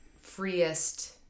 freest